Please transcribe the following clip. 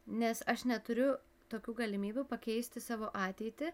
nes aš neturiu tokių galimybių pakeisti savo ateitį